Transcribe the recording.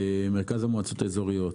מרכז המועצות האזוריות,